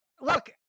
look